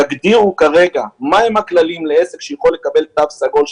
יגדירו כרגע מה הם הכללים לעסק שיכול לקבל תו סגול,